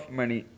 money